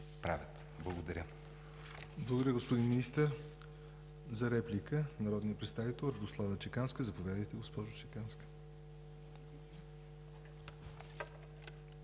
НОТЕВ: Благодаря, господин Министър. За реплика – народният представител Радослава Чеканска. Заповядайте, госпожо Чеканска.